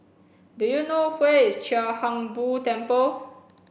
do you know where is Chia Hung Boo Temple